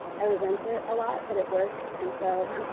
i resent it a lot but it works and so